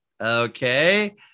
Okay